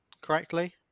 correctly